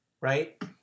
right